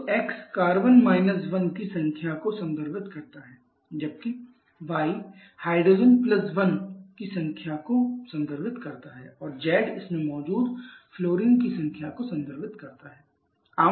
H की संख्या y 1 तो x कार्बन 1 carbons− 1 की संख्या को संदर्भित करता है जबकि y हाइड्रोजन1 hydrogen 1 की संख्या को संदर्भित करता है और z इस में मौजूद फ्लोरीन की संख्या को संदर्भित करता है